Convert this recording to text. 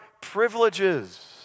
privileges